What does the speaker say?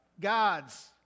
God's